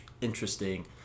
interesting